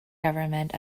government